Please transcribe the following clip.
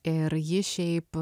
ir ji šiaip